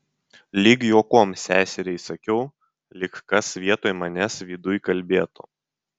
lyg juokom seseriai sakiau lyg kas vietoj manęs viduj kalbėtų